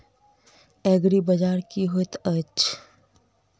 एग्रीबाजार की होइत अछि?